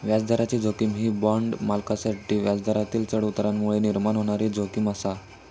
व्याजदराची जोखीम ही बाँड मालकांसाठी व्याजदरातील चढउतारांमुळे निर्माण होणारी जोखीम आसा